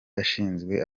ashinzwe